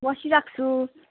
बसिरहेको छु